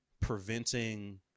preventing